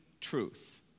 truth